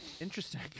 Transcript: Interesting